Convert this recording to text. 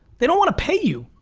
they don't wanna pay you.